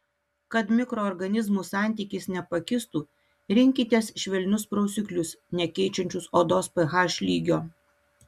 kad mikroorganizmų santykis nepakistų rinkitės švelnius prausiklius nekeičiančius odos ph lygio